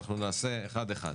אנחנו נעשה אחד-אחד.